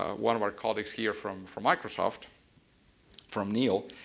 ah one of our colleagues here from from microsoft from neil,